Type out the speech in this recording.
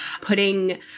putting